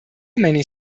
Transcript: many